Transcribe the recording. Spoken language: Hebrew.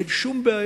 אין שום בעיה.